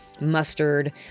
mustard